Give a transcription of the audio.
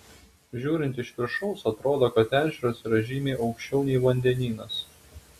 žiūrint iš viršaus atrodo kad ežeras yra žymiai aukščiau nei vandenynas